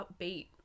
upbeat